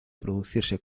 producirse